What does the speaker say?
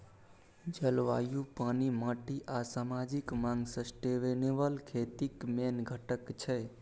जलबायु, पानि, माटि आ समाजिक माँग सस्टेनेबल खेतीक मेन घटक छै